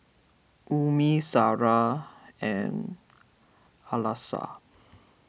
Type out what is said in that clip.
Ummi Sarah and Alyssa